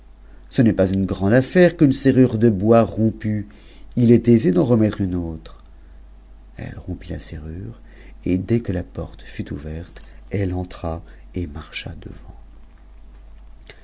ce n'est pas une grande affaire qu'une serrure de bois rompue il est aisé d'en remettre une autre eue rompit la ser m'c et des que la porte fut ouverte elle entra et marcha devant